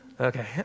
Okay